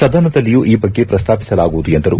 ಸದನದಲ್ಲಿಯೂ ಈ ಬಗ್ಗೆ ಪ್ರಸ್ತಾಪಿಸಲಾಗುವುದು ಎಂದರು